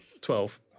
Twelve